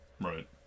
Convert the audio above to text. Right